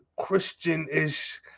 christian-ish